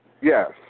Yes